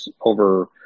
over